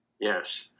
Yes